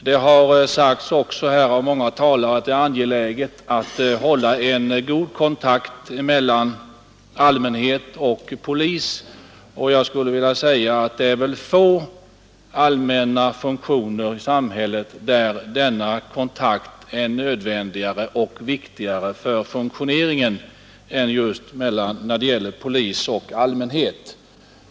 Det har av många talare också sagts att det är angeläget att hålla en god kontakt mellan allmänhet och polis. Jag skulle vilja säga att det finns få allmänna funktioner i samhället där denna kontakt är nödvändigare och viktigare än kontakten mellan polis och allmänhet.